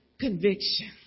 conviction